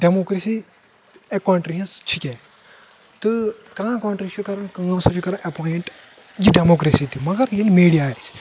democracy اےٚ country ہٕنز چھِ کیٛاہ تہٕ کانٛہہ کونٹری چھِ کران کٲم سۄ چھِ کران اٮ۪پوینٛٹ یہِ ڈیموکریسی تہِ مگر ییٚلہِ میٖڈیا آسہِ